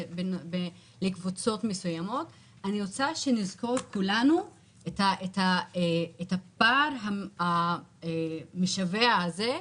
לקבוצות מסוימות אני רוצה שנזכור כולנו את הפער המשווע הזה,